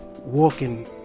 walking